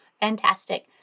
Fantastic